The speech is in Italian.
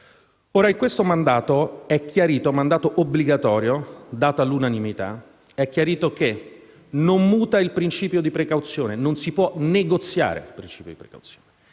TTIP. In questo mandato, obbligatorio e dato all'unanimità, è chiarito che non muta il principio di precauzione, non si può negoziare, cioè, il principio di precauzione